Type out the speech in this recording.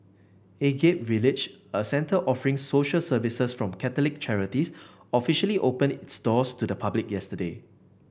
Agape Village a centre offering social services from Catholic charities officially opened doors to the public yesterday